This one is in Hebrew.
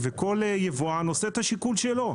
כל יבואן עושה את השיקול שלו,